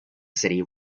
city